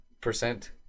Percent